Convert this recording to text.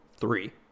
three